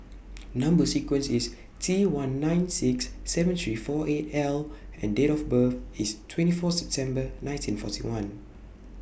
Number sequence IS T one nine six seven three four eight L and Date of birth IS twenty four September nineteen forty one